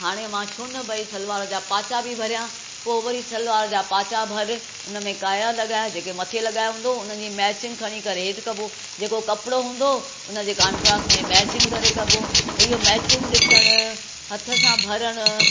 हाणे मां छो न भई सलवार जा पाचा बि भरियां पोइ वरी सलवार जा पाचा भरि उनमें काया लगा॒ए जेके मथे लगा॒या हूंदव उन्हनि जी मैचिंग खणी करे हेठि कबो जेको कपिड़ो हूंदो उनजे कांट्रास में मैचिंग करे कबो त इहो मैचिंग डि॒सणु हथ सां भरणु